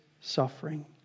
suffering